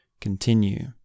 continue